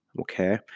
okay